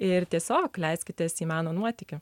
ir tiesiog leiskitės į meno nuotykį